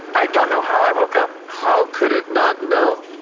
i don't know how i woke up how could it not know?